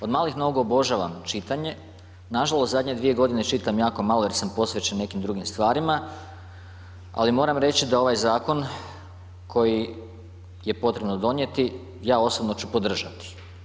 Od malih nogu obožavam čitanje, nažalost zadnje dvije godine čitam jako malo jer sam posvećen nekim drugim stvarima, ali moram reći da ovaj zakon koji je potrebno donijeti ja osobno ću podržati.